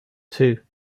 two